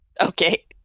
Okay